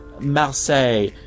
Marseille